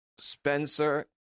Spencer